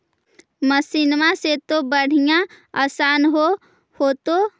मसिनमा से तो बढ़िया आसन हो होतो?